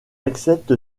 accepte